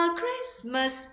christmas